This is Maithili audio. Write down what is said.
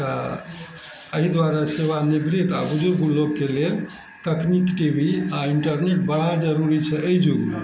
तऽ अहि दुआरे सेवानिवृत आओर बुजुर्ग लोकके लेल तकनीक टी वी आओर इंटरनेट बड़ा जरूरी छै अइ युगमे